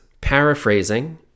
paraphrasing